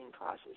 process